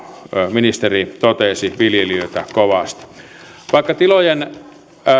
ministeri totesi viljelijöitä kovasti vaikka tilojen